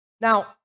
Now